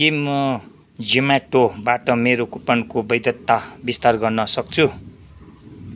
के म जोम्याटोबाट मेरो कुपनको वैधता विस्तार गर्न सक्छु